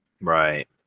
right